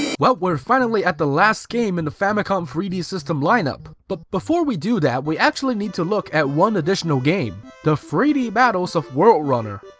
well, we're finally at the last game in the famicom three d system lineup, but before we do that, we actually need to look at one additional game the three d battles of worldrunner.